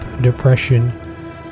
Depression